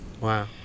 wow